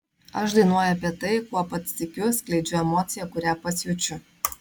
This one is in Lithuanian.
aš dainuoju apie tai kuo pats tikiu skleidžiu emociją kurią pats jaučiu